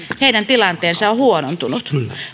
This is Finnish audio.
heidän tilanteensa on huonontunut